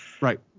Right